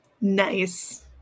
Nice